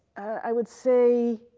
i would say,